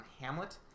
Hamlet